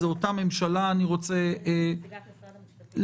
זו אותה ממשלה, אני רוצה להזכיר.